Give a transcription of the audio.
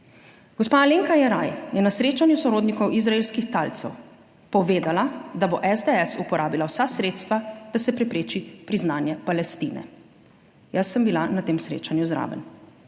Gospa Alenka Jeraj je na srečanju sorodnikov izraelskih talcev povedala, da bo SDS uporabila vsa sredstva, da se prepreči priznanje Palestine. Jaz sem bila na tem srečanju zraven.